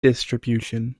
distribution